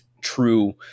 true